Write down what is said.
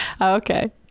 okay